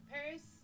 Paris